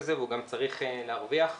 הכחולים שמסמנים לנו את כביש 6 מרכז,